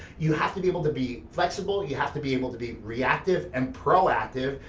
you have to be able to be flexible, you have to be able to be reactive and proactive,